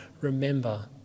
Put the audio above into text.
remember